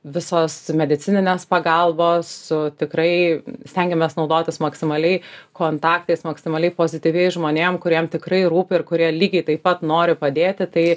visos medicininės pagalbos tikrai stengiamės naudotis maksimaliai kontaktais maksimaliai pozityviai žmonėm kuriem tikrai rūpi ir kurie lygiai taip pat nori padėti tai